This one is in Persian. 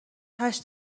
هشت